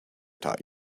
taught